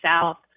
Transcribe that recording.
south